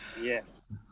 Yes